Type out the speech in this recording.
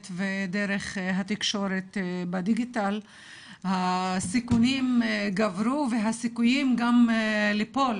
ודרך התקשורת בדיגיטל הסיכונים גברו והסיכויים גם ליפול